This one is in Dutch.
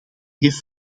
heeft